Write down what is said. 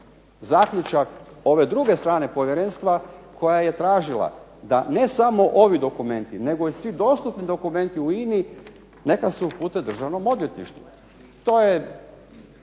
zaključak ove druge strane Povjerenstva koja je tražila da ne samo ovi dokumenti nego svi dostupni dokumenti u INA-i neka se upute Državnom odvjetništvu. To je